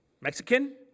Mexican